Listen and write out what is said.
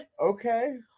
Okay